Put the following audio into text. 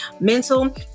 Mental